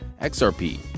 XRP